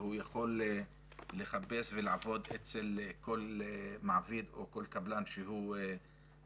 והוא יכול לחפש ולעבוד אצל כל מעביד או כל קבלן שהוא רוצה,